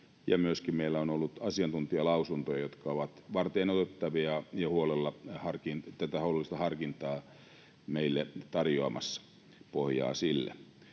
ja meillä on ollut myöskin asiantuntijalausuntoja, jotka ovat varteenotettavia ja tätä huolellista harkintaa meille tarjoamassa, pohjaa sille.